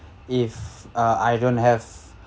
if uh I don't have